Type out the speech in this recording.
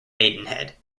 maidenhead